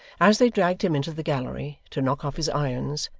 as they dragged him into the gallery to knock off his irons,